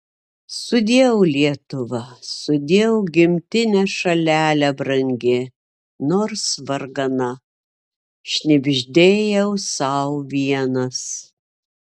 sudieu lietuva sudieu gimtine šalele brangi nors vargana šnibždėjau sau vienas